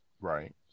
Right